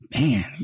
Man